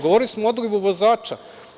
Govorili smo odlivu vozača.